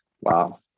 wow